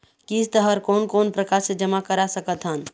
किस्त हर कोन कोन प्रकार से जमा करा सकत हन?